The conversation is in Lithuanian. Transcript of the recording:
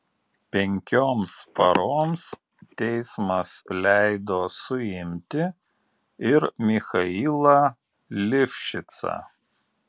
penkioms paroms teismas leido suimti ir michailą livšicą